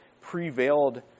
prevailed